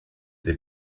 dei